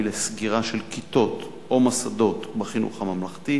לסגירה של כיתות או מוסדות בחינוך הממלכתי,